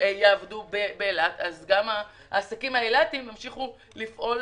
יעבדו באילת אז גם העסקים האילתיים ימשיכו לפעול.